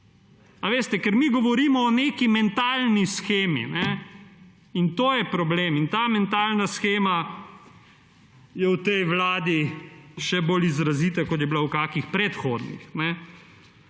Veste, ker mi govorimo o neki mentalni shemi. In to je problem! Ta mentalna shema je v tej vladi še bolj izrazita, kot je bila v kakšnih predhodnih.